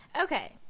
Okay